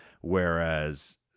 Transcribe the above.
whereas